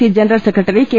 C general secretary K